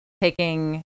taking